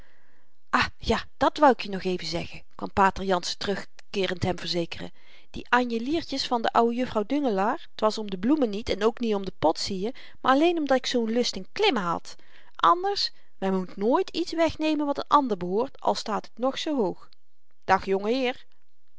ah ja dit wou ik je nog even zeggen kwam pater jansen terugkeerend hem verzekeren die anjeliertjes van de oude juffrouw dungelaar t was om de bloemen niet en ook niet om den pot zieje maar alleen omdat ik zoo'n lust in klimmen had anders men moet nooit iets wegnemen wat n ander behoort al staat het nog zoo hoog dag jongeheer